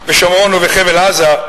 בשומרון ובחבל-עזה,